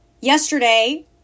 Yesterday